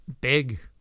big